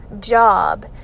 job